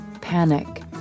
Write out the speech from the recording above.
panic